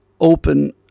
open